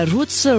Roots